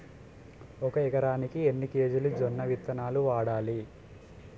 ఒక ఎకరానికి ఎన్ని కేజీలు జొన్నవిత్తనాలు వాడాలి?